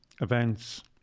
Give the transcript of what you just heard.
events